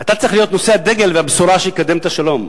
אתה צריך להיות נושא הדגל והבשורה שיקדם את השלום.